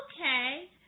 Okay